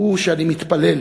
הוא שאני מתפלל